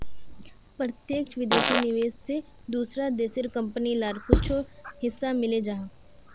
प्रत्यक्ष विदेशी निवेश से दूसरा देशेर कंपनी लार कुछु हिस्सा मिले जाहा